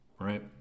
right